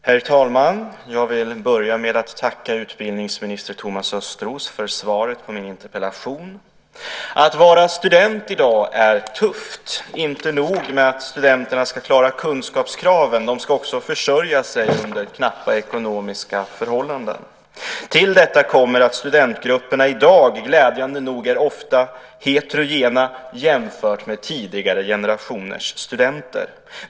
Herr talman! Jag vill börja med att tacka utbildningsminister Thomas Östros för svaret på min interpellation. Att vara student i dag är tufft. Inte nog med att studenterna ska klara kunskapskraven. De ska också försörja sig under knappa ekonomiska förhållanden. Till detta kommer att studentgrupperna i dag, glädjande nog, ofta är heterogena jämfört med tidigare generationers studenter.